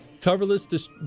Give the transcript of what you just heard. coverless